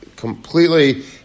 completely